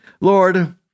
Lord